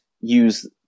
use